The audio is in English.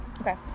Okay